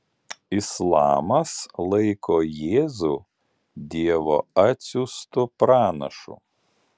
islamas laiko jėzų dievo atsiųstu pranašu